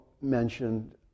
mentioned